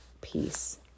peace